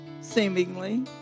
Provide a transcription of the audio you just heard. seemingly